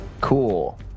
Cool